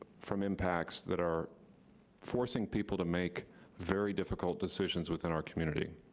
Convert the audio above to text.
ah from impacts that are forcing people to make very difficult decisions within our community.